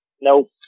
Nope